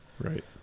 Right